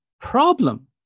problem